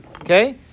okay